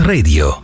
Radio